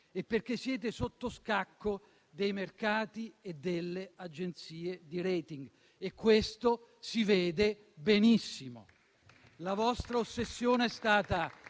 e perché siete sotto scacco dei mercati e delle agenzie di *rating*, e questo si vede benissimo. La vostra ossessione è stata